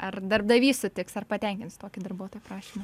ar darbdavys sutiks ar patenkins tokį darbuotojo prašymą